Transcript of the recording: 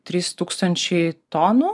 trys tūkstančiai tonų